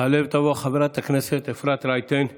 תעלה ותבוא חברת הכנסת אפרת רייטן מרום,